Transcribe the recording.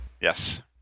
Yes